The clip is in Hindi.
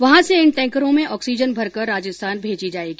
वहां से इन टेंकरों में ऑक्सीजन भरकर राजस्थान भेजी जाएगी